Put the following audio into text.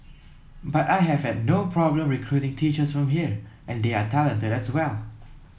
but I have had no problem recruiting teachers from here and they are talented as well